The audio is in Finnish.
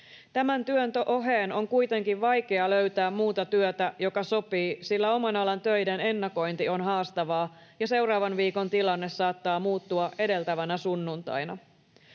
Tämän työn oheen on kuitenkin vaikea löytää muuta työtä, joka sopii, sillä oman alan töiden ennakointi on haastavaa, ja seuraavan viikon tilanne saattaa muuttua edeltävänä sunnuntaina.